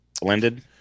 Blended